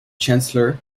chancellor